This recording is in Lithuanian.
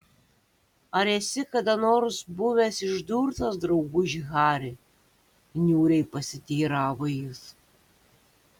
ar esi kada nors buvęs išdurtas drauguži hari niūriai pasiteiravo jis